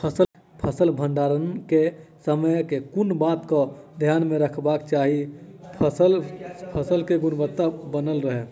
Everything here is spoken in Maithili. फसल भण्डारण केँ समय केँ कुन बात कऽ ध्यान मे रखबाक चाहि जयसँ फसल केँ गुणवता बनल रहै?